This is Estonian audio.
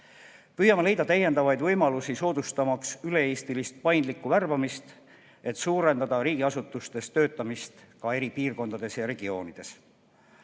Püüame leida täiendavaid võimalusi, soodustamaks üle-eestilist paindlikku värbamist, et suurendada riigiasutustes töötamist ka eri piirkondades ja regioonides.